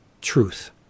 Truth